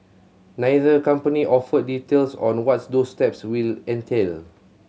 neither company offered details on what those steps will entail